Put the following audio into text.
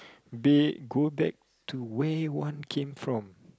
maybe go back to where one came from